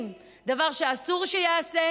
דבר שאסור שייעשה,